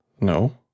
no